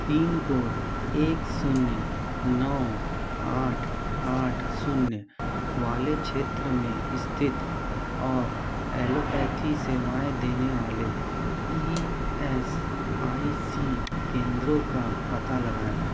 pin code एक शून्य नौ आठ आठ शून्य वाले क्षेत्र में स्थित और एलोपैथी सेवाएँ देने वाले ई एस आई सी केंद्रों का पता लगाएँ